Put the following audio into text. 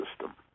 system